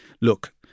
look